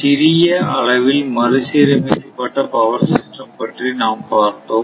சிறிய அளவில் மறுசீரமைக்கப்பட்ட பவர் சிஸ்டம் பற்றி நாம் பார்த்தோம்